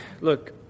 look